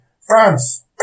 France